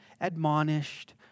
admonished